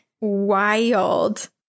Wild